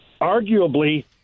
arguably